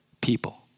people